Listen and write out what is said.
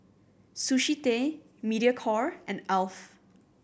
Sushi Tei Mediacorp and Alf